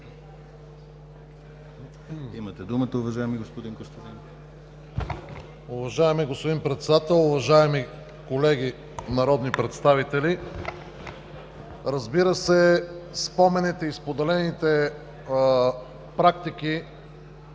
Имате думата, уважаеми господин Костадинов.